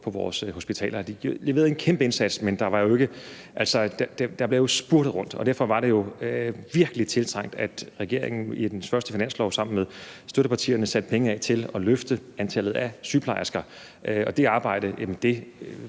på vores hospitaler, og de leverede en kæmpe indsats. Der blev jo spurtet rundt, og derfor var det jo virkelig tiltrængt, at regeringen i sin første finanslov sammen med støttepartierne satte penge af til at løfte antallet af sygeplejersker, og den